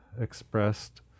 expressed